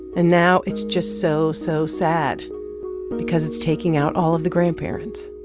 and now it's just so, so sad because it's taking out all of the grandparents